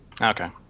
Okay